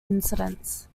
incidents